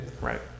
right